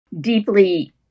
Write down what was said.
deeply